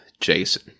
Jason